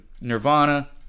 Nirvana